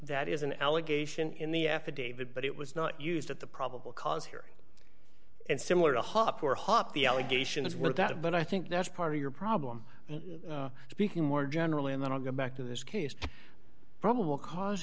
that is an allegation in the affidavit but it was not used at the probable cause hearing and similar to hop or hop the allegation is with that but i think that's part of your problem speaking more generally and then i'll go back to this case probable cause